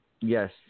Yes